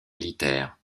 militaire